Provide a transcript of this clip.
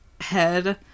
head